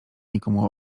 nikomu